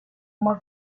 uma